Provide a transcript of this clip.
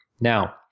Now